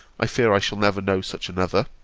i fear i shall never know such another.